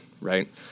right